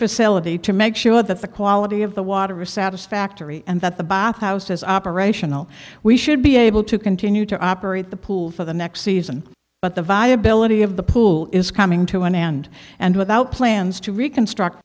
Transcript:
facility to make sure that the quality of the water resat is factory and that the bath house has operational we should be able to continue to operate the pool for the next season but the viability of the pool is coming to an end and without plans to reconstruct